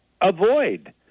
avoid